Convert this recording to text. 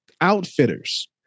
outfitters